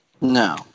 No